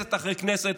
כנסת אחרי כנסת,